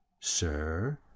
Sir